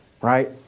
right